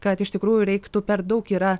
kad iš tikrųjų reiktų per daug yra